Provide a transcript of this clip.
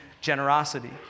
generosity